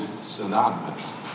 synonymous